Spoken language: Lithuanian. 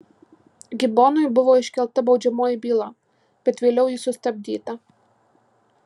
gibonui buvo iškelta baudžiamoji byla bet vėliau ji sustabdyta